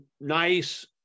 nice